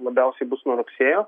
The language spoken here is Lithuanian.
labiausiai bus nuo rugsėjo